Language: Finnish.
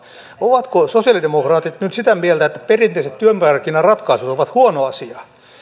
ovatko sosialidemokraatit nyt sitä mieltä että perinteiset työmarkkinaratkaisut ovat huono asia